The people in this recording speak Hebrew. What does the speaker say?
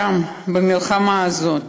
שם, במלחמה הזאת,